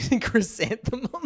Chrysanthemum